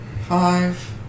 Five